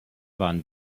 waren